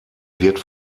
wird